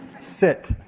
Sit